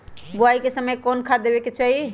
बोआई के समय कौन खाद देवे के चाही?